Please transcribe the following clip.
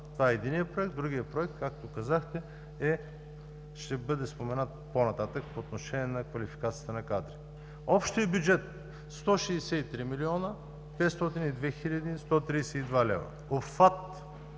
Това е единият проект. Другият проект, както казахте и ще бъде споменат по-нататък, е по отношение на квалификацията на кадри. Общият бюджет – 163 млн. 502 хил.